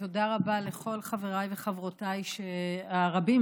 תודה רבה לכל חבריי וחברותיי הרבים.